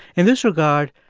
in this regard,